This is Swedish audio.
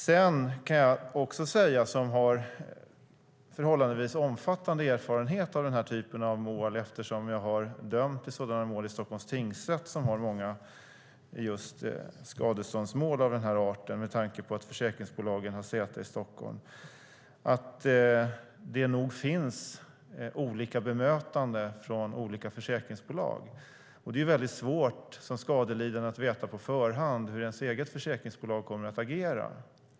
Sedan kan jag också säga, som har förhållandevis omfattande erfarenhet av den här typen av mål, eftersom jag har dömt i sådana mål i Stockholms tingsrätt som just har många skadeståndsmål av den här arten med tanke på att försäkringsbolagen har säte i Stockholm, att det nog finns olika bemötande från olika försäkringsbolag. Det är väldigt svårt som skadelidande att veta på förhand hur ens eget försäkringsbolag kommer att agera.